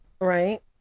Right